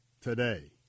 today